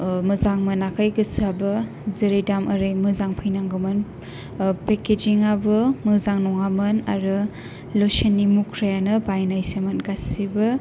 मोजां मोनाखै गोसोआबो जेरै दाम आरै मोजां फैनांगौ मोन फेक्केजिं आबो मोजां नङा मोन आरो लसोननि मुक्रायानो बायनाय सोमोन गासिबो